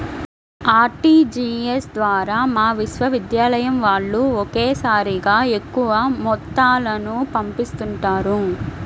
RTGS ద్వారా మా విశ్వవిద్యాలయం వాళ్ళు ఒకేసారిగా ఎక్కువ మొత్తాలను పంపిస్తుంటారు